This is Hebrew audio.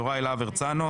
יוראי להב הרצנו.